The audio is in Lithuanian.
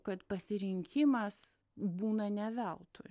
kad pasirinkimas būna ne veltui